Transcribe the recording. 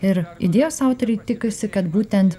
ir idėjos autoriai tikisi kad būtent